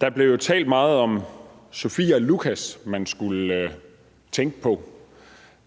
Der blev jo talt meget om Sofie og Lucas, som man skulle tænke på.